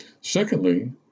Secondly